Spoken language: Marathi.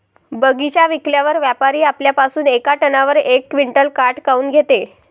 बगीचा विकल्यावर व्यापारी आपल्या पासुन येका टनावर यक क्विंटल काट काऊन घेते?